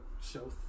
show